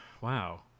Wow